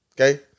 okay